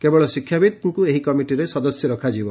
କେବଳ ଶିକ୍ଷାବିତ୍କୁ ଏହି କମିଟିରେ ସଦସ୍ୟ ରଖାଯିବ